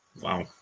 Wow